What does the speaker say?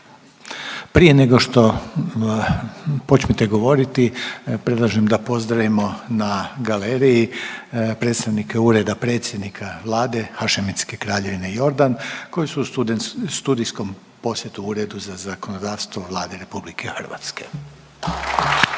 Prije nego što počnete govoriti predlažem da pozdravimo na galeriji predstavnike Ureda predsjednika Vlade Hašemitske Kraljevine Jordan koji su u studen…, studijskom posjetu Uredu za zakonodavstvo Vlade RH. /Pljesak./